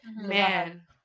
Man